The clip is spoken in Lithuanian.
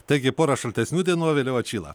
taigi pora šaltesnių dienų o vėliau atšyla